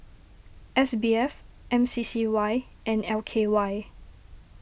S B F M C C Y and L K Y